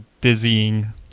dizzying